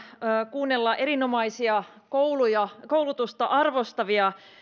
kuuntelemaan erinomaisia kouluja ja koulutusta arvostavia